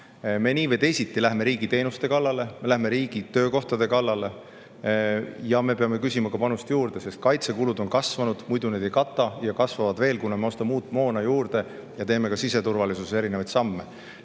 Me nii või teisiti läheme riigi teenuste kallale, läheme riigi töökohtade kallale. Me peame küsima panust juurde, sest kaitsekulud on kasvanud, muidu neid ei kata, ja need kasvavad veel, kuna me ostame uut moona juurde ja teeme ka siseturvalisuses erinevaid samme.